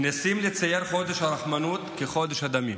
מנסים לצייר את חודש הרחמנות כחודש הדמים.